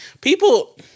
People